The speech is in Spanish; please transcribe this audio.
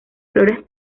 flores